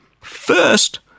first